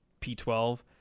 P12